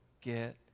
get